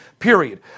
Period